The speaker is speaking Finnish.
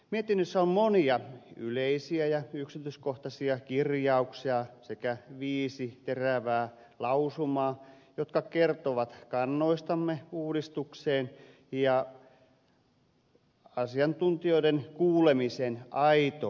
mietinnössä on monia yleisiä ja yksityiskohtaisia kirjauksia sekä viisi terävää lausumaa jotka kertovat kannoistamme uudistukseen ja asiantuntijoiden kuulemisen aitoudesta